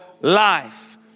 life